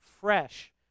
fresh